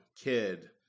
kid